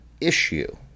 Issue